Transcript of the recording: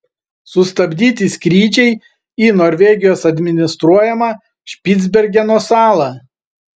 sustabdyti skrydžiai į norvegijos administruojamą špicbergeno salą